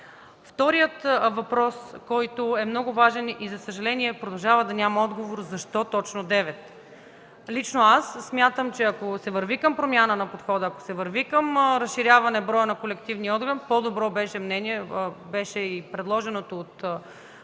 Вторият въпрос, който е много важен и, за съжаление, продължава да няма отговор: защо точно девет? Лично аз смятам, че ако се върви към промяна на подхода, ако се върви към разширяване броя на колективния орган, по-добро беше и предложеното от колегата